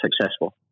successful